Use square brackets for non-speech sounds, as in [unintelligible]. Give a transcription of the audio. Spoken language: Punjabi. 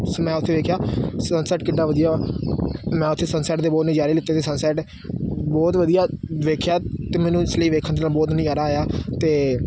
ਸ ਮੈਂ ਉੱਥੇ ਵੇਖਿਆ ਸਨਸੈੱਟ ਕਿੱਡਾ ਵਧੀਆ ਮੈਂ ਉੱਥੇ ਸਨਸੈੱਟ ਦੇ ਬਹੁਤ ਨਜ਼ਾਰੇ ਲਿੱਤੇ ਅਤੇ ਸਨਸੈੱਟ ਬਹੁਤ ਵਧੀਆ ਵੇਖਿਆ ਅਤੇ ਮੈਨੂੰ ਇਸ ਲਈ ਵੇਖਣ [unintelligible] ਨਜ਼ਾਰਾ ਆਇਆ ਅਤੇ